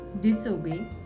disobey